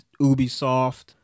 Ubisoft